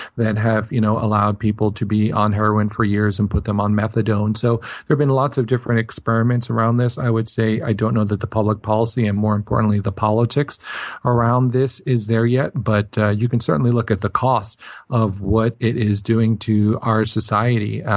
that have you know allowed people to be on heroin for years and put them on methadone. so there have been lots of different experiments around this. i would say i don't know that the public policy, and more importantly the politics around this, is there yet but you can certainly look at the costs of what it is doing to our society,